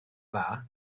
dda